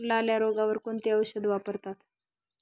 लाल्या रोगावर कोणते औषध वापरतात?